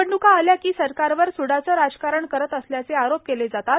निवडण्का आल्या की सरकारवर सुडाचं राजकारण करत असल्याचं आरोप केलं जातात